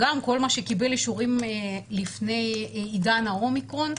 כל מה שקיבל אישורים לפני עידן ה-אומיקרון,